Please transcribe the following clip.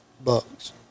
bucks